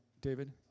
David